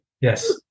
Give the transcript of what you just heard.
Yes